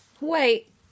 Wait